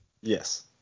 Yes